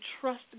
trust